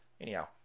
Anyhow